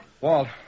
Walt